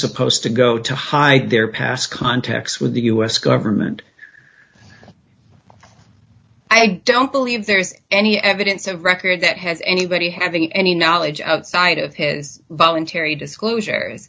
supposed to go to hide their past contacts with the u s government i don't believe there's any evidence of record that has anybody having any knowledge of side of his voluntary disclosure